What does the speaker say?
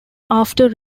after